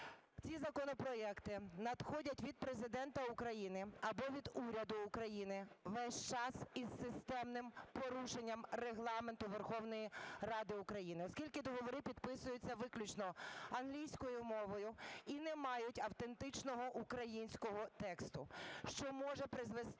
ці законопроекти надходять від Президента України або від уряду України весь час із системним порушенням Регламенту Верховної Ради України, оскільки договори підписуються виключно англійською мовою і не мають автентичного українського тексту, що може призвести